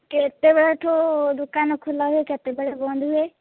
କେତେବେଳଠୁ ଦୋକାନ ଖୋଲା ହୁଏ କେତେବେଳେ ବନ୍ଦ ହୁଏ